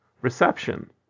reception